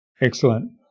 Excellent